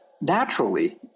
naturally